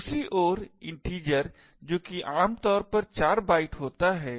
दूसरी ओर integer जो कि आम तौर पर 4 बाइट होता है